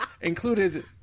included